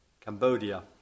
Cambodia